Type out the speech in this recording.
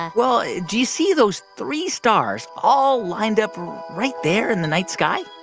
ah well, do you see those three stars all lined up right there in the night sky?